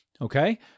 Okay